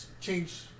change